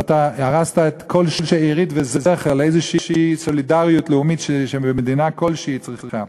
הרסת את כל השארית והזכר לאיזו סולידריות לאומית שכל מדינה צריכה.